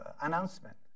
announcement